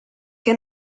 che